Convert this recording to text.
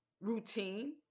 routine